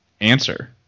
answer